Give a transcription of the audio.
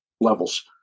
levels